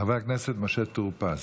חבר הכנסת משה טור פז.